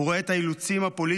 הוא רואה את האילוצים הפוליטיים,